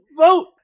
vote